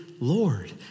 Lord